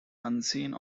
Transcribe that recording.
unseen